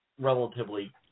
relatively